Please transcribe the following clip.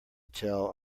tell